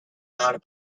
not